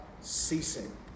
ceasing